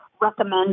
Recommend